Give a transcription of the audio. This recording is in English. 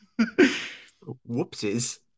Whoopsies